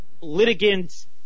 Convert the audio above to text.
litigants